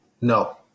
no